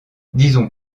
disons